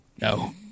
no